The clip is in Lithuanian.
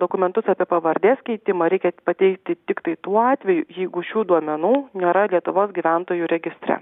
dokumentus apie pavardės keitimą reikia pateikti tiktai tuo atveju jeigu šių duomenų nėra lietuvos gyventojų registre